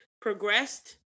progressed